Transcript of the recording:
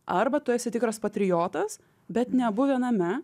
arba tu esi tikras patriotas bet ne abu viename